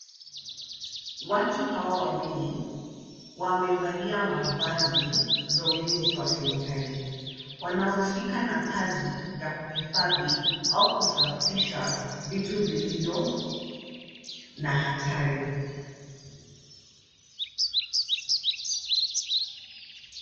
Watu hawa wawili wamevalia mavazi za ulinzi wa kemikali. Wanahusika na kazi ya kuhifadhi au kusafisha vitu vilivyo na hatari.